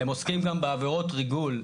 הם עוסקים גם בעבירות ריגול.